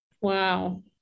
Wow